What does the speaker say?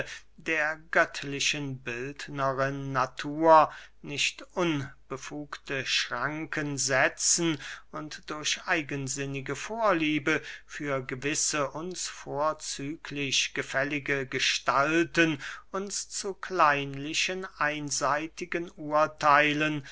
der göttlichen bildnerin natur nicht unbefugte schranken setzen und durch eigensinnige vorliebe für gewisse uns vorzüglich gefällige gestalten uns zu kleinlichen einseitigen urtheilen